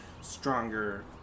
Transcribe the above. stronger